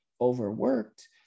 overworked